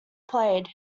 played